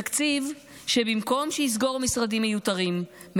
זה תקציב שבמקום שיסגור משרדים מיותרים,